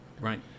right